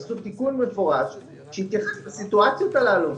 עשו תיקון מפורש שהתייחס לסיטואציות הללו.